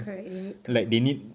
correct they need to